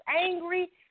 angry